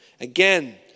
Again